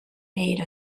made